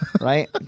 Right